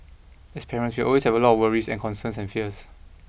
as parents we will always have a lot of worries and concerns and fears